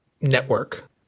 network